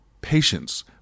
patience